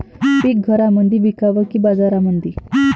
पीक घरामंदी विकावं की बाजारामंदी?